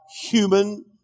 human